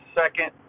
second